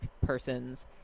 persons